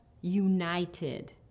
united